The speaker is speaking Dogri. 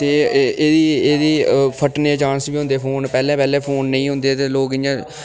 ते ए एह्दी एह्दी फट्टने दे चांस बी होंदे फोन पैह्लें पैह्लें फोन नेईं होंदे हे ते लोक इ'यां